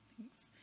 Thanks